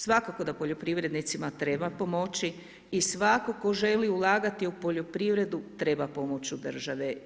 Svakako da poljoprivrednicima treba pomoći i svatko tko želi ulagati u poljoprivredu treba pomoć države.